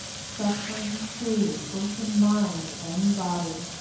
suffering cruelly both in mind and body.